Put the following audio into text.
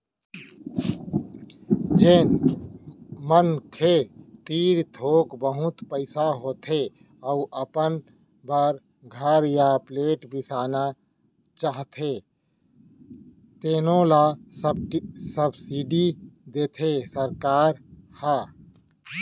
जेन मनखे तीर थोक बहुत पइसा होथे अउ अपन बर घर य फ्लेट बिसाना चाहथे तेनो ल सब्सिडी देथे सरकार ह